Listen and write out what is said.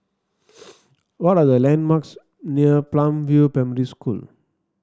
what are the landmarks near Palm View Primary School